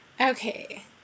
Okay